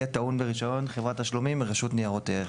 יהיה טעון ברישיון חברת תשלומים מרשות ניירות ערך.